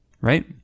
right